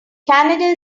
canada